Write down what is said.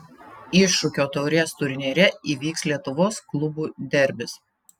iššūkio taurės turnyre įvyks lietuvos klubų derbis